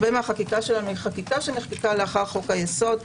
הרבה מהחקיקה שלנו נחקקה לאחר חוק היסוד,